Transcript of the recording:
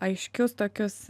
aiškius tokius